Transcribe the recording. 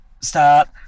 start